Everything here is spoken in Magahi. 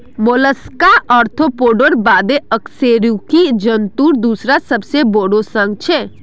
मोलस्का आर्थ्रोपोडार बादे अकशेरुकी जंतुर दूसरा सबसे बोरो संघ छे